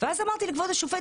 ואז אמרתי לכבוד השופטת,